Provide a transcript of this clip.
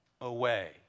away